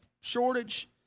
shortage